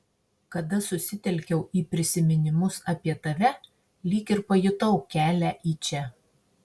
kada susitelkiau į prisiminimus apie tave lyg ir pajutau kelią į čia